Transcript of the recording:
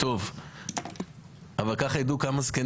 63 הסתייגויות החליטה הוועדה המסדרת כי מדובר במקרה יוצא